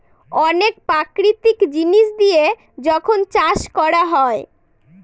অনেক প্রাকৃতিক জিনিস দিয়ে যখন চাষ করা হয়